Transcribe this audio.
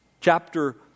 Chapter